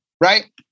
Right